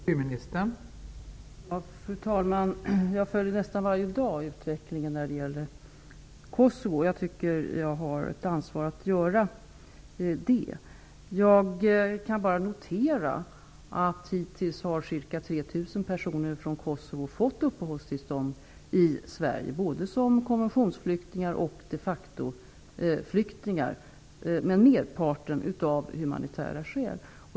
Fru talman! Jag följer nästan varje dag utvecklingen när det gäller Kosovo. Jag tycker att jag har ett ansvar att göra det. Jag kan bara notera att ca 3 000 personer från Kosovo hittills har fått uppehållstillstånd i Sverige, både som konventionsflyktingar och som de facto-flyktingar, men merparten av humanitära skäl.